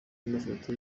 mafoto